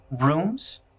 rooms